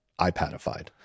iPadified